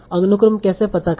अनुक्रम कैसे पता करें